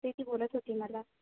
ते ती बोलत होती मला